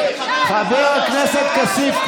חבר הכנסת כסיף,